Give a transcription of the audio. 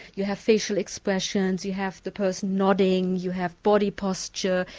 you have facial expressions, you have the person nodding, you have body posture,